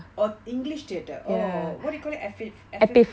oh english theatre oh oh what do you call it epiph~ epi~